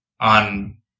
On